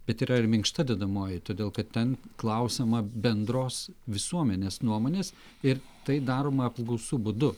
bet yra ir minkšta dedamoji todėl kad ten klausiama bendros visuomenės nuomonės ir tai daroma apklausų būdu